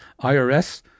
IRS